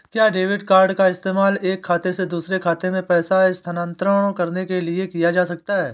क्या debit card का इस्तेमाल एक खाते से दूसरे खाते में पैसे स्थानांतरण करने के लिए किया जा सकता है?